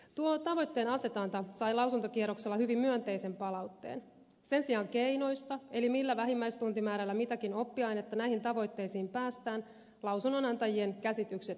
tuo tavoitteenasetanta sai lausuntokierroksella hyvin myönteisen palautteen sen sijaan keinoista millä vähimmäistuntimäärällä mitäkin oppiainetta näihin tavoitteisiin päästään lausunnonantajien käsitykset erosivat